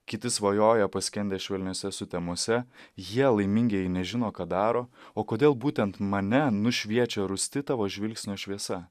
kiti svajoja paskendę švelniose sutemose jie laimingieji nežino ką daro o kodėl būtent mane nušviečia rūsti tavo žvilgsnio šviesa